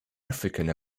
african